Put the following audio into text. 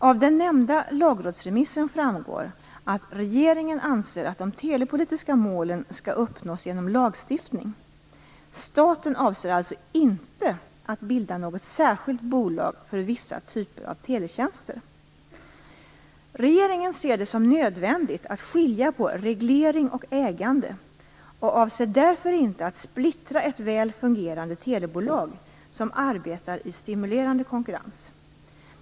Av den nämnda lagrådsremissen framgår att regeringen anser att de telepolitiska målen skall uppnås genom lagstiftning. Staten avser alltså inte att bilda något särskilt bolag för vissa typer av teletjänster. Regeringen ser det som nödvändigt att skilja på reglering och ägande, och avser därför inte att splittra ett väl fungerande telebolag som arbetar i stimulerande konkurrens.